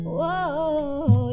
Whoa